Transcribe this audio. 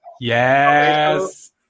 Yes